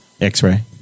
X-ray